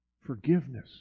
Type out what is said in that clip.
forgiveness